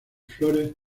flores